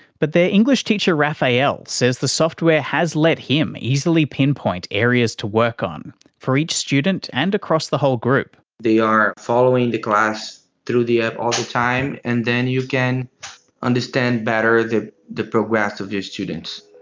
but their english teacher rafael says the software has let him easily pinpoint areas to work on for each student, and across the whole group. they are following the class through the app all the time, and then you can understand better the the progress of your students.